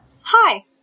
Hi